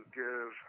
give